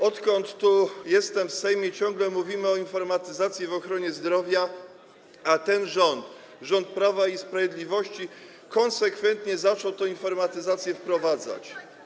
Odkąd tu jestem, w Sejmie ciągle mówimy o informatyzacji w ochronie zdrowia, a ten rząd, rząd Prawa i Sprawiedliwości, konsekwentnie zaczął tę informatyzację wprowadzać.